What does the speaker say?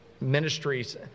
ministries